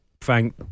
thank